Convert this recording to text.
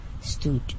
stood